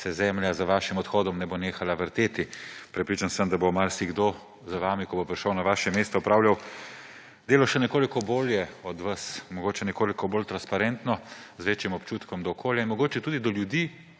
se Zemlja z vašim odhodom ne bo nehala vrteti. Prepričan sem, da bo marsikdo za vami, ko bo prišel na vaše mesto, opravljal delo še nekoliko bolje od vas. Mogoče nekoliko bolj transparentno, z večjim občutkom za okolje in mogoče tudi za ljudi.